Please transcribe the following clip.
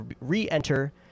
re-enter